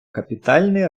капітальний